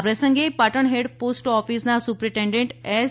આ પ્રસંગે Patan head post ઓફિસના સુપરિટેન્ડન્ટ એસ